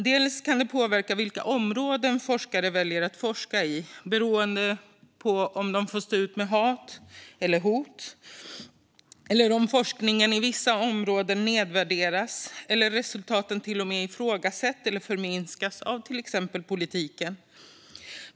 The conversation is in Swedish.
Det kan påverka vilka områden forskare väljer att forska i, beroende på om de får stå ut med hat och hot eller om forskningen i vissa områden nedvärderas eller resultaten till och med ifrågasätts eller förminskas av till exempel politiken.